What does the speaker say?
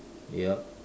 yup